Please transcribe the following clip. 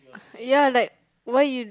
ya like why you